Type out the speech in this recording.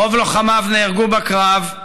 רוב לוחמיו נהרגו בקרב,